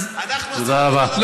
תודה רבה.